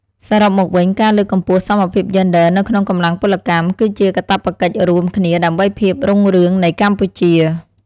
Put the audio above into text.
សរុបមកវិញ ការលើកកម្ពស់សមភាពយេនឌ័រនៅក្នុងកម្លាំងពលកម្ម គឺជាកាតព្វកិច្ចរួមគ្នាដើម្បីភាពរុងរឿងនៃកម្ពុជា។